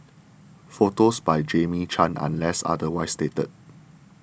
photos by Jamie Chan unless otherwise stated